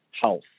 health